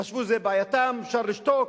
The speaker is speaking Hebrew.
חשבו שזה בעייתם, אפשר לשתוק,